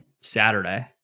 Saturday